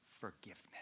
forgiveness